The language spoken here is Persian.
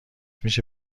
میشه